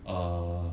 err